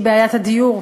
שהיא בעיית הדיור,